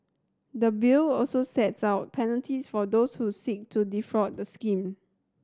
the Bill also sets out penalties for those who seek to defraud the scheme